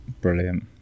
Brilliant